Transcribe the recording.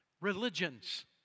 religions